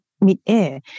mid-air